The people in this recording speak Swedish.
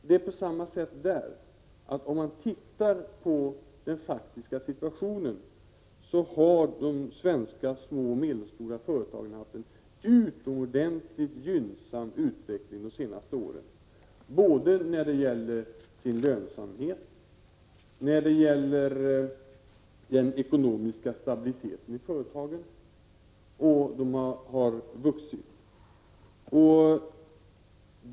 Det förhåller sig på samma sätt där, att den faktiska situationen visar att de svenska små och medelstora företagen har haft en utomordentligt gynnsam utveckling de senaste åren både när det gäller lönsamheten och när det gäller den ekonomiska stabiliteten i företagen. Dessa företag har vuxit.